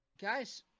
Guys